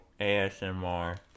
ASMR